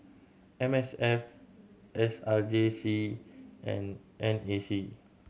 M S F S R J C and N A C